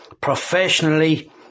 professionally